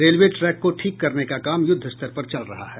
railway track को ठीक करने का काम युद्ध स्तर पर चल रहा है